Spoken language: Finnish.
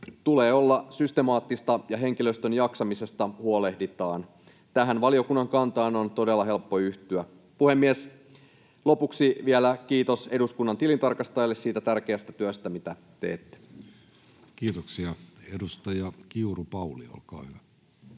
tulee olla systemaattista ja henkilöstön jaksamisesta huolehditaan. Tähän valiokunnan kantaan on todella helppo yhtyä. Puhemies! Lopuksi vielä kiitos eduskunnan tilintarkastajille siitä tärkeästä työstä, mitä teette. [Speech 110] Speaker: Jussi Halla-aho